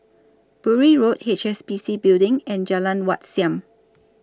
Bury Road H S B C Building and Jalan Wat Siam